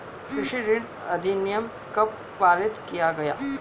कृषि ऋण अधिनियम कब पारित किया गया?